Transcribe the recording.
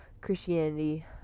Christianity